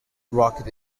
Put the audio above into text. rocket